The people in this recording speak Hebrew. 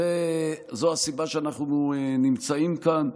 זו הסיבה שאנחנו נמצאים כאן,